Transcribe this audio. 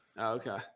Okay